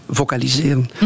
vocaliseren